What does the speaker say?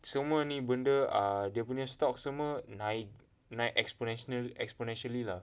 semua ni benda err dia punya stocks semua naik naik exponen~ exponentially lah